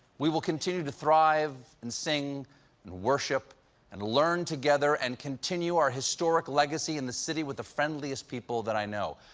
we will continue to thrive and sing and worship and learn together and continue our historic legacy in the city with the friendliest people that i know.